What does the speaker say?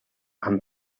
amb